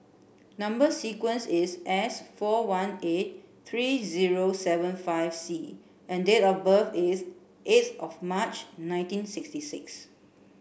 number sequence is S four one eight three zero seven five C and date of birth is eighth of March nineteen sixty six